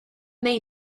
they